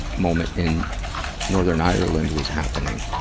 moment in northern ireland was happening,